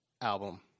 album